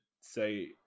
say